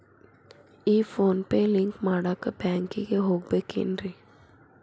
ಈ PhonePe link ಮಾಡಾಕ ಬ್ಯಾಂಕಿಗೆ ಹೋಗ್ಬೇಕೇನ್ರಿ?